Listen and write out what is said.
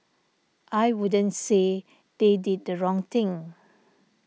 I wouldn't say they did the wrong thing